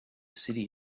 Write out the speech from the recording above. city